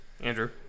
Andrew